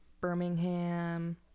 Birmingham